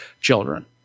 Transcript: children